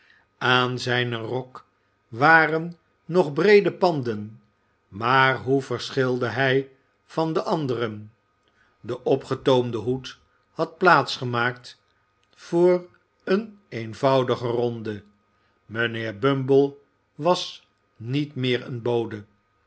aan zijn rok waren nog breede panden maar hoe verschilde hij van den anderen de opgetoomde hoed had plaats gemaakt voor een eenvoudigen ronden mijnheer bumble was niet meer een bode